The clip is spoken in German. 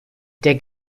der